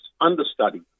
understudy